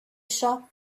shop